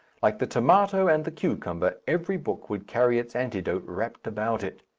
like the tomato and the cucumber, every book would carry its antidote wrapped about it.